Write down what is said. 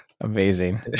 Amazing